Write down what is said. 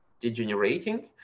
degenerating